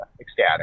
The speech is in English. ecstatic